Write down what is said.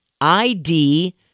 I-D-